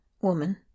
WOMAN